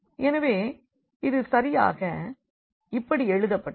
எனவே இது சரியாக இப்படி எழுதப்பட்டுள்ளது